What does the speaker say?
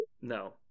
no